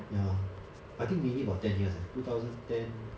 ya I think maybe about ten years leh two thousand ten